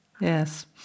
Yes